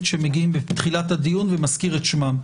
מגיעים בתחילת הדיון ומזכיר את שמם.